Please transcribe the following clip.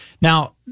now